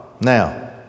Now